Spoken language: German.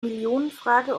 millionenfrage